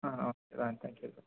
ah okay ah thank you bro